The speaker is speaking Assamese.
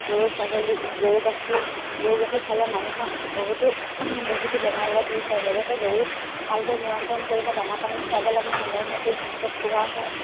গৰু ছাগলী গৰু গাখীৰ খালে মানুহৰ বহুতো বেমাৰ আজাৰ দূৰ হয় লগতে গৰু ভালকৈ নিয়ন্ত্ৰণ কৰিলে দানা পানী খোৱাব লাগে সময়মতে সিহঁতক খুওৱা হয়